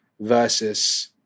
versus